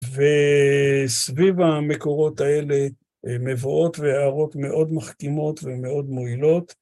וסביב המקורות האלה מבואות והערות מאוד מחכימות ומאוד מועילות.